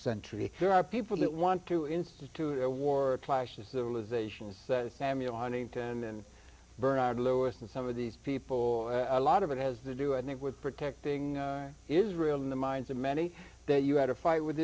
century there are people that want to institute a war clash of civilizations samuel huntington and bernard lewis and some of these people a lot of it has to do and it with protecting israel in the minds of many that you had a fight with